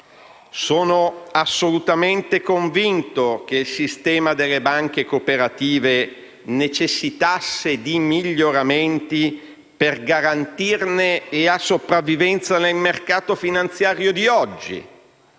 Sono assolutamente convinto che il sistema delle banche cooperative necessitasse di miglioramenti per garantirne la sopravvivenza nel mercato finanziario di oggi,